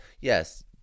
yes